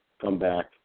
comeback